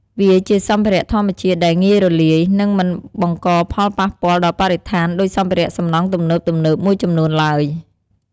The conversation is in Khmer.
វាជាសម្ភារៈធម្មជាតិដែលងាយរលាយ និងមិនបង្កផលប៉ះពាល់ដល់បរិស្ថានដូចសម្ភារៈសំណង់ទំនើបៗមួយចំនួនឡើយ។